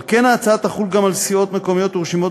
על כן ההצעה תחול גם על סיעות מקומיות ורשימות